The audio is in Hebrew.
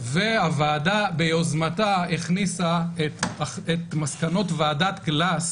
והוועדה ביוזמתה הכניסה את מסקנות ועדת גלס